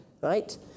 right